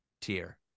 tier